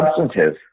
substantive